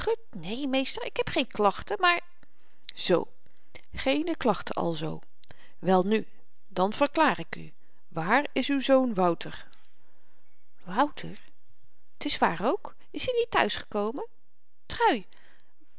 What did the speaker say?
né meester ik heb geen klachten maar zoo geene klachten alzoo welnu dan verklaar ik u waar is uw zoon wouter wouter t is waar ook is i niet thuisgekomen trui